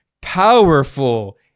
powerful